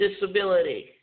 disability